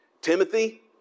Timothy